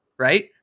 Right